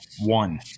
one